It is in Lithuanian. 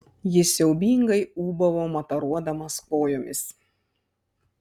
jis siaubingai ūbavo mataruodamas kojomis